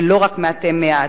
ולא רק מתי מעט.